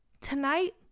Tonight